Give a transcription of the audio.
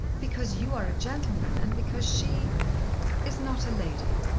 because you are a gentleman and because she is not a lady.